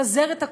לפזר את הכוח,